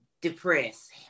Depressed